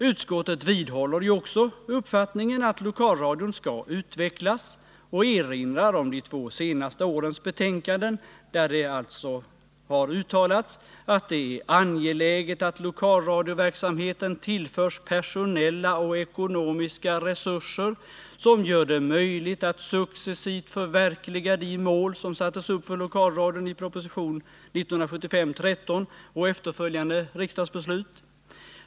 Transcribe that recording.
Utskottet vidhåller ju också uppfattningen att lokalradion skall utvecklas och erinrar om de två senaste årens betänkanden, där det alltså har uttalats att det är ”angeläget att lokalradioverksamheten tillförs personella och ekonomiska resurser som gör det möjligt att successivt förverkliga de mål som sattes upp för lokalradion i proposition 1975:13 och efterföljande riksdagsbeslut”.